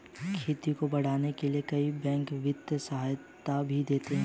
खेती को बढ़ाने के लिए कई बैंक वित्तीय सहायता भी देती है